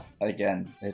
Again